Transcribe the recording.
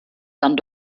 dann